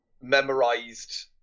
memorized